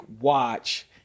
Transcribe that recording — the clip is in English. watch